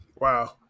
Wow